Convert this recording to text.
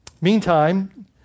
Meantime